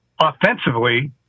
offensively